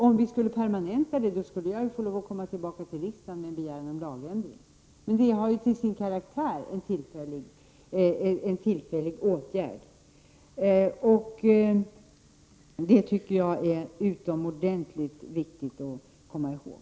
Om vi skulle permanenta beslutet skulle jag ju få lov att återkomma till riksdagen med begäran om en lagändring. Men detta är ju till sin karaktär en tillfällig åtgärd, vilket jag menar att det är utomordentligt viktigt att komma ihåg.